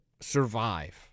survive